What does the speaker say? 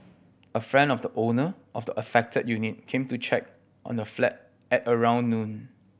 a friend of the owner of the affected unit came to check on the flat at around noon